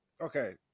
Okay